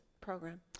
program